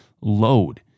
load